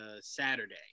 Saturday